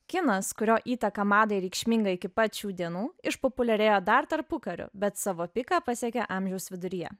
kinas kurio įtaka madai reikšminga iki pat šių dienų išpopuliarėjo dar tarpukariu bet savo piką pasiekė amžiaus viduryje